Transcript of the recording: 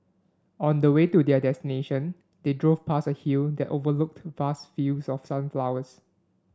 on the way to their destination they drove past a hill that overlooked vast fields of sunflowers